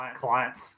Clients